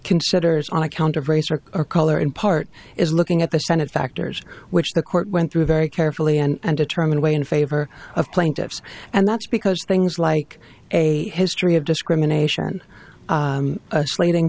considers on account of race or color in part is looking at the senate factors which the court went through very carefully and determined way in favor of plaintiffs and that's because things like a history of discrimination a slating